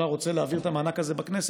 הממשלה רוצה להעביר את המענק הזה בכנסת,